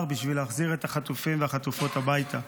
בשביל להחזיר את החטופים והחטופות הביתה?